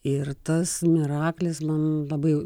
ir tas miraklis man labai